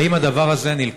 האם הדבר הזה הובא